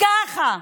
ככה.